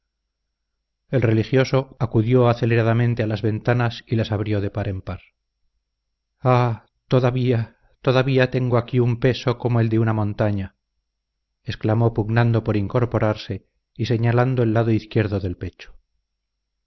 el religioso acudió aceleradamente a las ventanas y las abrió de par en par ah todavía todavía tengo aquí un peso como el de una montaña exclamó pugnando por incorporarse y señalando el lado izquierdo del pecho